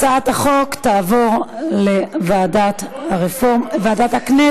הצעת החוק תועבר לוועדת הכנסת,